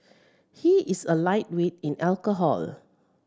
he is a lightweight in alcohol